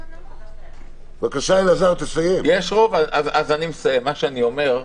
אני מסיים ואומר,